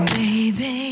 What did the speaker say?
baby